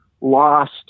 lost